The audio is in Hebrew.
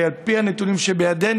ועל פי הנתונים שבידינו,